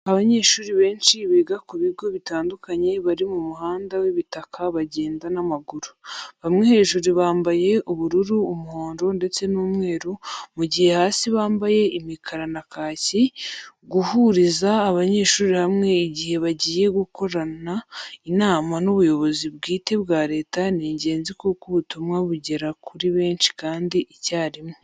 Abanyeshuri benshi biga ku bigo bitandukanye bari mu muhanda w'ibitaka bagenda n'amaguru. Bamwe hejuru bambaye ubururu, umuhondo ndetse n'umweru mu gihe hasi bambaye imikara na kaki. Guhuriza abanyeshuri hamwe igihe bagiye gukorana inama n'ubuyobozi bwite bwa Leta ni ingenzi kuko ubutumwa bugera kuri benshi kandi icyarimwe.